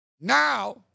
now